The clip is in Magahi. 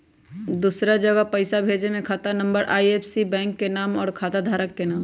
दूसरा जगह पईसा भेजे में खाता नं, आई.एफ.एस.सी, बैंक के नाम, और खाता धारक के नाम?